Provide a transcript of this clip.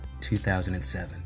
2007